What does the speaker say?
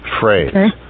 phrase